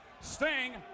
Sting